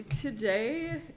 today